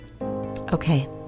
Okay